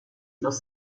los